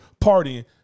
partying